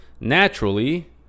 naturally